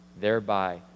thereby